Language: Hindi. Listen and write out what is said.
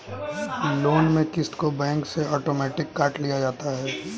लोन में क़िस्त को बैंक से आटोमेटिक काट लिया जाता है